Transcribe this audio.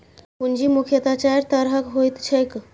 पूंजी मुख्यतः चारि तरहक होइत छैक